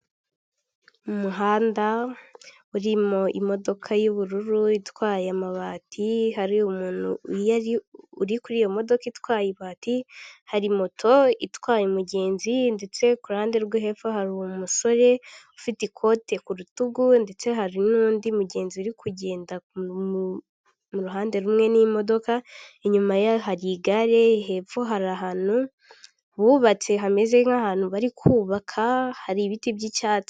Umuhanda urimo imodoka y'ubururu itwaye amabati, hari umuntu uri kuri yo modoka itwaye ibati, hari moto itwaye umugenzi ndetse kuruhande rwe hepfo hari umusore ufite ikote ku rutugu, ndetse hari nundi mugenzi uri kugenda mu ruhande rumwe n'imodoka, inyuma ye hari igare, hepfo hari ahantu bubatse hameze nk'ahantu bari kubaka, hari ibiti by'icyatsi.